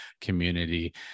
community